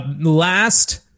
Last